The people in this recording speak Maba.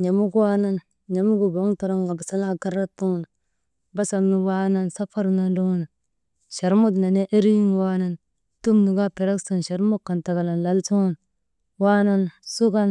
n̰amuk waanan, n̰amugu coy toroŋka basalaa yek garat suŋun basal nu waanan safar nondroŋun, charmut nenee erii nun waanan tum nu kaa ferek suŋun charmut kan takalan lal suŋun waanan sukan.